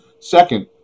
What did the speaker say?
second